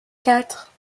quatre